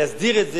ולהסדיר את זה,